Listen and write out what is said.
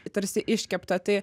tarsi iškeptą tai